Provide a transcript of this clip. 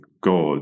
God